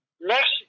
Next